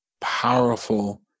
powerful